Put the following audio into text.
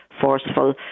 forceful